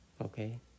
okay